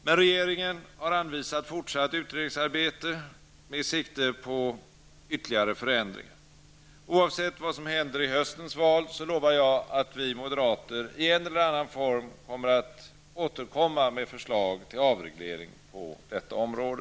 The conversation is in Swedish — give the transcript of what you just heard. Men regeringen har anvisat fortsatt utredningsarbete med sikte på ytterligare förändringar. Oavsett vad som händer i höstens val lovar jag att vi moderater i en eller annan form kommer att återkomma med förslag till avreglering på detta område.